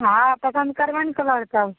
हँ पसन्द करबै ने कलर सब